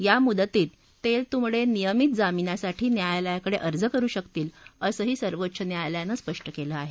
या मुदतीत तेलतुंबडे नियमित जाभिनासाठी न्यायालयाकडे अर्ज करु शकतील असंही सर्वोच्च न्यायालयानं स्पष्ट केलं आहे